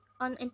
on